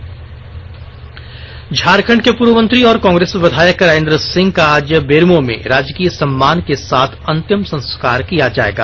राजेन्द्र सिंह झारखंड के पूर्व मंत्री और कांग्रेस विधायक राजेन्द्र सिंह का आज बेरमो में राजकीय सम्मान के साथ अंतिम संस्कार किया जाएगा